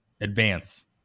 advance